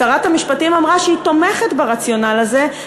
שרת המשפטים אמרה שהיא תומכת ברציונל הזה,